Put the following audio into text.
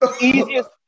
Easiest